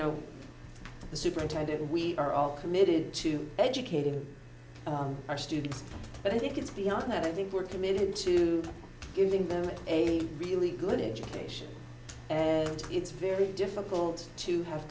know the superintendent we are all committed to educating our students but i think it's beyond that i think we're committed to giving them a really good education and it's very difficult to have